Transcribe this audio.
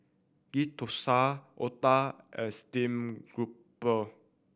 Ghee Thosai otah and steamed grouper